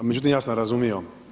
Međutim, ja sam razumio.